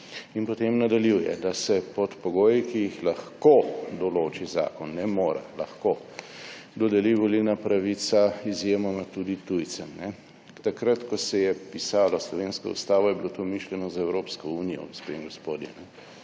In potem nadaljuje, da se pod pogoji, ki jih lahko določi zakon, ne mora, lahko, dodeli volilna pravica izjemoma tudi tujcem. Takrat ko se je pisalo slovensko ustavo je bilo to mišljeno za Evropsko unijo, gospe in gospodje.